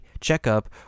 Checkup